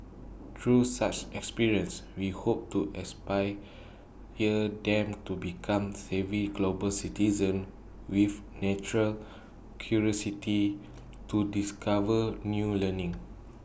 through such experiences we hope to inspire them to become savvy global citizens with natural curiosity to discover new learning